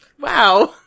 wow